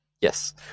Yes